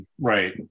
Right